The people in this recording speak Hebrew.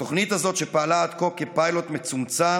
התוכנית הזאת, שפעלה עד כה כפיילוט מצומצם,